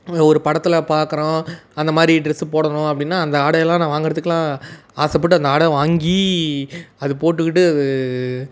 ஒரு படத்தில் பாக்கிறோம் அந்தமாதிரி ட்ரெஸ்ஸு போடணும் அப்படின்னா அந்த ஆடையெல்லாம் நான் வாங்கறதுக்கெல்லாம் ஆசைப்பட்டு அந்த ஆடை வாங்கி அது போட்டுக்கிட்டு அது